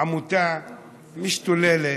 עמותה משתוללת,